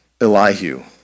Elihu